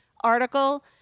article –